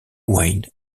wayne